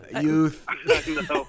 Youth